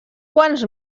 quants